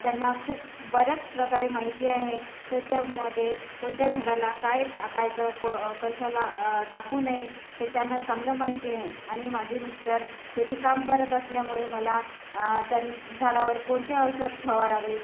त्यांना खूप बऱ्याच प्रकारे माहिती आहे त्याच्यामध्ये कोणत्या झाडाला काय टाकायचं को कशाला टाकू नये हे त्यांना चांगलं माहिती आहे आणि माझे मिस्टर शेतीकाम करत असल्यामुळे मला त्या झाडावर कोणते औषध फवारावे